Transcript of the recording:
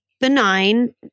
benign